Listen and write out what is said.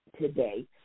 today